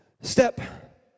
Step